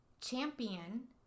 champion